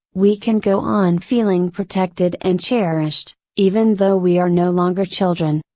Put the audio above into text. we can go on feeling protected and cherished, even though we are no longer children.